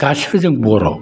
गासिबो जों बर'